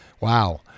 Wow